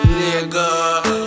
nigga